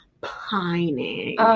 pining